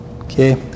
Okay